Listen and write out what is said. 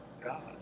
God